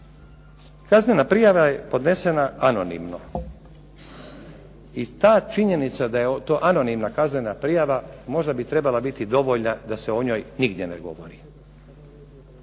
Kaznena prijava je podnesena anonimno i ta činjenica da je to anonimna kaznena prijava možda bi trebala biti dovoljna da se o njoj nigdje ne govori,